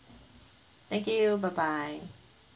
thank you bye bye